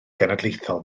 genedlaethol